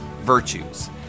virtues